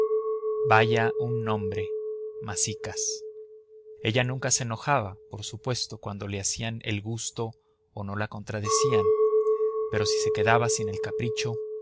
vaya un nombre masicas ella nunca se enojaba por supuesto cuando le hacían el gusto o no la contradecían pero si se quedaba sin el capricho